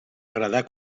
agradar